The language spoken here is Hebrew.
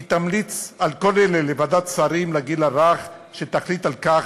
היא תמליץ על כל אלה לוועדת שרים לגיל הרך שתחליט על כך